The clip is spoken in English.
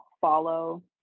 follow